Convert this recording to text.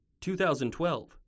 2012